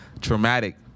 traumatic